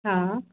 हा